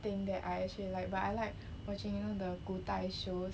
thing that I actually like but I like watching you know the 古代 shows